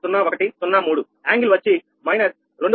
0103 కోణం వచ్చి మైనస్ 2